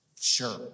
Sure